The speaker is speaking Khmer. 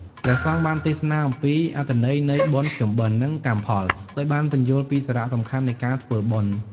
ព្រះសង្ឃបានទេសនាអំពីអត្ថន័យនៃបុណ្យភ្ជុំបិណ្ឌ និងកម្មផល ដោយបានពន្យល់ពីសារៈសំខាន់នៃការធ្វើបុណ្យ។